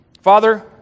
Father